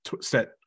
set